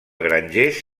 grangers